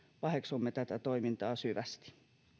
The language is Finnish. paheksumme tätä toimintaa syvästi